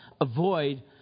avoid